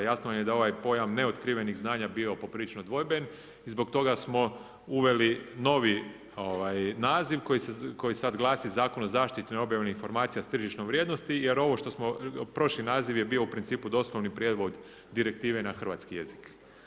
Jasno vam je da ovaj pojam neotkrivenih znanja bio poprilično dvojben i zbog toga smo uveli novi naziv koji sad glasi Zakon o zaštiti neobjavljenih informacija s tržišnom vrijednosti, jer ovo što smo, prošli naziv je bio u principu doslovni prijevod direktive na hrvatski jezik.